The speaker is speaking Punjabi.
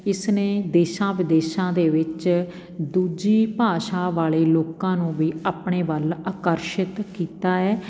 ਇਸਨੇ ਦੇਸ਼ਾਂ ਵਿਦੇਸ਼ਾਂ ਦੇ ਵਿੱਚ ਦੂਜੀ ਭਾਸ਼ਾ ਵਾਲੇ ਲੋਕਾਂ ਨੂੰ ਵੀ ਆਪਣੇ ਵੱਲ ਆਕਰਸ਼ਿਤ ਕੀਤਾ ਹੈ